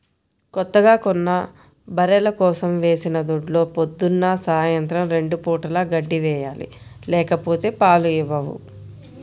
కొత్తగా కొన్న బర్రెల కోసం వేసిన దొడ్లో పొద్దున్న, సాయంత్రం రెండు పూటలా గడ్డి వేయాలి లేకపోతే పాలు ఇవ్వవు